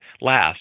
last